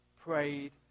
prayed